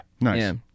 Nice